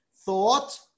thought